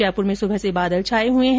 जयपुर में सुबह से बादल छाये हुए है